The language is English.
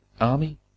army